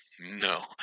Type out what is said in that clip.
no